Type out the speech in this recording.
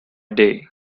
day